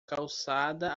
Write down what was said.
calçada